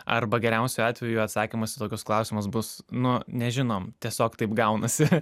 arba geriausiu atveju atsakymas į tokius klausimus bus nu nežinom tiesiog taip gaunasi